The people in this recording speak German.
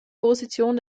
position